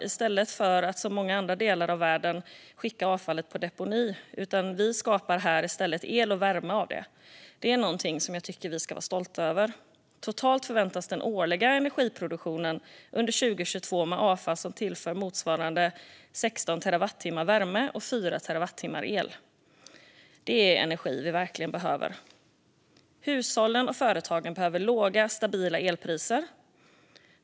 I stället för att som i många delar i världen skicka avfallet på deponi skapar vi el och värme av det. Det är något jag tycker att vi ska vara stolta över. Totalt under 2022 förväntas energiproduktionen med avfall som tillfört bränsle motsvara 16 terawattimmar värme och 4 terawattimmar el. Det är energi vi verkligen behöver. Hushållen och företagen behöver låga, stabila elpriser.